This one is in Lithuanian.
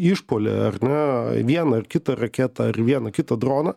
išpuolį ar ne į vieną ar kitą raketą ar vieną kitą doną